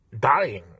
dying